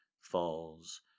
falls